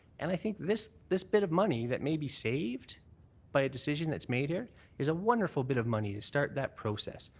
and i think this this bit of money that may be saved by a decision that's made here is a wonderful bit of money to start that process.